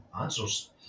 answers